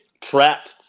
trapped